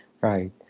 Right